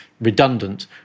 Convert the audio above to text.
redundant